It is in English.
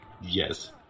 Yes